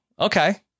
okay